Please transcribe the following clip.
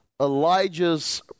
Elijah's